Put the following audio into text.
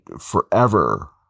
forever